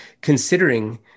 considering